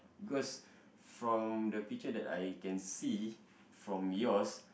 because from the picture that I can see from yours